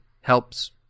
helps